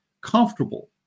comfortable